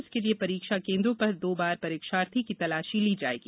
इसके लिए परीक्षा केन्द्रों पर दो बार परीक्षार्थी की तलाशी ली जायेगी